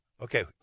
Okay